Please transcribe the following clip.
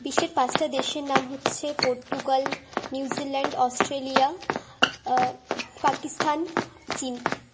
বিশ্বের পাঁচটা দেশের নাম হচ্ছে পোর্তুগাল নিউজিল্যান্ড অস্ট্রেলিয়া পাকিস্তান চীন